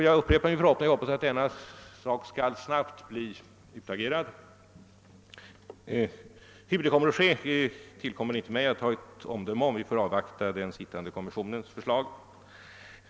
Jag upprepar min förhoppning att denna händelse snabbt blir utagerad. Hur det skall ske tillkommer det inte mig att ha något omdöme om; vi får avvakta den Åbjörnssonska kommissionens slutsatser.